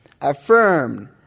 affirmed